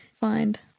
find